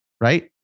Right